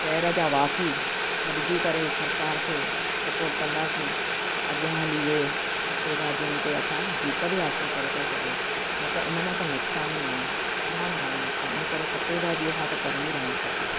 शहर जा वासी गॾिजी करे सरकार खे सपोर्ट कंदासीं त अॻियां हली इहे सटेबाज़नि ते असां जीत बि हासिलु करे था सघूं न त इन मां त नुक़सान ई आहिनि तमामु घणा नुक़सान इन करे सटेबाज़ीअ खां त परे ई रहणु खपे